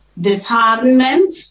disheartenment